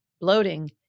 bloating